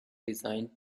designed